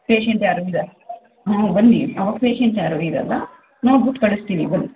patient ಯಾರೂ ಇರೋಲ್ಲ ಹ್ಞೂ ಬನ್ನಿ ಅವಾಗ ಪೇಶಂಟ್ ಯಾರೂ ಇರೋಲ್ಲ ನೋಡ್ಬಿಟ್ ಕಳಿಸ್ತೀನಿ ಬನ್ನಿ